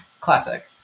Classic